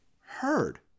heard